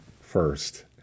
first